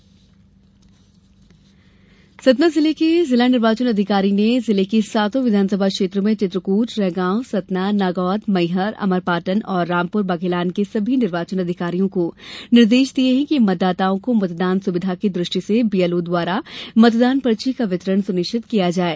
मतदाता पर्ची वितरण सतना के जिला निर्वाचन अधिकारी ने जिले की सातों विधानसभा क्षेत्र में चित्रकूट रैगांव सतना नागौद मैहर अमरपाटन और रामपुर बघेलान के सभी निर्वाचन अधिकारियों को निर्देश दिए हैं कि मतदाताओं को मतदान सुविघा की दृष्टि से बीएलओ द्वारा मतदान पर्ची का वितरण सुनिश्चित किया जाये